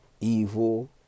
evil